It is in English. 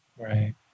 Right